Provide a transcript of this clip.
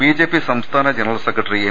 BJP സംസ്ഥാന general secretary M